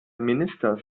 minister